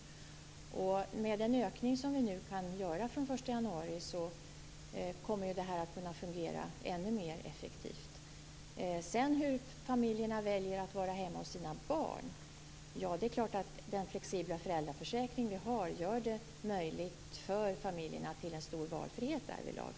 Med den ökning som görs från den 1 januari, kommer detta att fungera ännu mera effektivt. Sedan var det frågan om familjerna väljer att vara hemma med sina barn. Den flexibla föräldraförsäkringen som finns ger familjerna en stor valfrihet därvidlag.